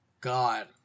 God